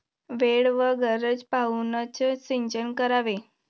वेळ व गरज पाहूनच सिंचन करावे